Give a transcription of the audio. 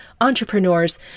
entrepreneurs